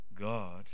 God